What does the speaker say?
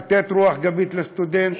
לתת רוח גבית לסטודנט,